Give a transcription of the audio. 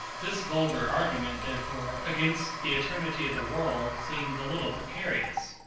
this vulgar argument, therefore, against the eternity of the world, seems a little precarious.